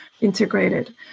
integrated